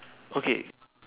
okay